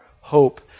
hope